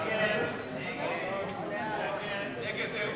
סיעות חד"ש רע"ם-תע"ל בל"ד להביע אי-אמון